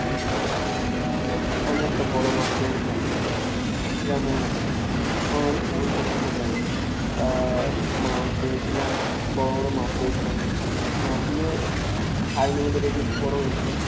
আমি একটা বড়ো মাছ পেয়েছিলাম যেমন আমাদের পুকুর ছেঁচেছিল তখন তা মাছ পেয়েছিলাম বড়ো বড়ো মাছ পেয়েছিলাম মাছগুলো খাইনি বলে রেখে বড়ো হয়েছিলো